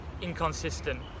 inconsistent